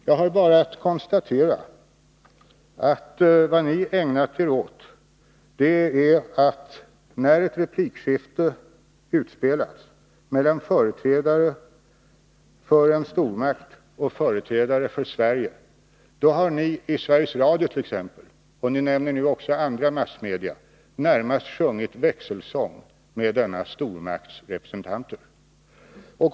Jag har bara att konstatera att vad ni har ägnat er åt när ett replikskifte utspelas mellan företrädare för en stormakt och företrädare för Sverige är att i t.ex. Sveriges Radio — ni nämner nu även andra massmedia — närmast sjunga växelsång med denna stormakts representanter.